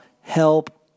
help